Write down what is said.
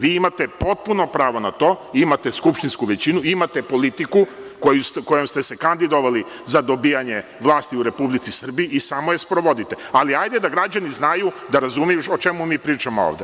Vi imate potpuno pravo na to, imate skupštinsku većinu, imate politiku kojom ste se kandidovali za dobijanje vlasti u Republici Srbiji, i samo je sprovodite, ali hajde da građani razumeju o čemu mi pričamo ovde.